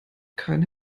kein